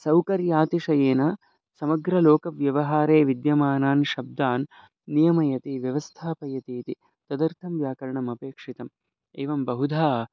सौकर्यातिशयेन समग्रलोकव्यवहारे विद्यमानान् शब्दान् नियमयति व्यवस्थापयति इति तदर्थं व्याकरणम् अपेक्षितम् एवं बहुधा